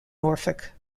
norfolk